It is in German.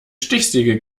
stichsäge